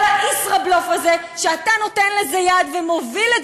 כל הישראבלוף הזה שאתה נותן לו יד ומוביל,